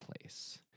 place